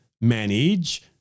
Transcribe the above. manage